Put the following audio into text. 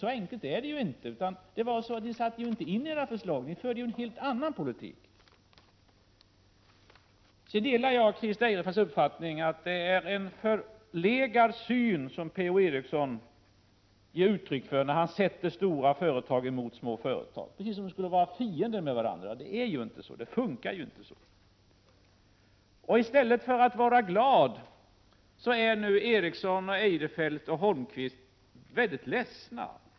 Ni satte inte in de åtgärder ni nu föreslår. Ni förde en helt annan politik. Jag delar Christer Eirefelts uppfattning att det är en förlegad syn som Per-Ola Eriksson ger uttryck för när han sätter stora företag mot små, precis som om de skulle vara fiender. Så fungerar det inte. I stället för att vara glada är nu Per-Ola Eriksson, Christer Eirefelt och Erik Holmkvist ledsna.